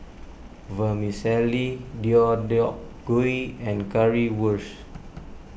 Vermicelli Deodeok Gui and Currywurst